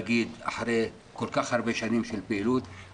אחרי כל כך הרבה שנים של פעילות,